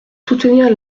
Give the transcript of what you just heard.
soutenir